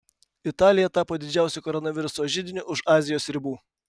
italija tapo didžiausiu koronaviruso židiniu už azijos ribų